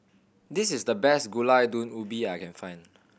this is the best Gulai Daun Ubi that I can find